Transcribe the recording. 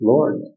Lord